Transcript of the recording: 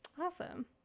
awesome